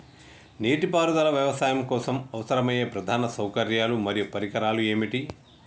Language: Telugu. నీటిపారుదల వ్యవసాయం కోసం అవసరమయ్యే ప్రధాన సౌకర్యాలు మరియు పరికరాలు ఏమిటి?